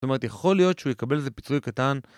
זאת אומרת יכול להיות שהוא יקבל לזה פיצוי קטן